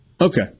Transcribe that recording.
Okay